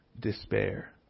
despair